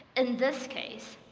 in this case,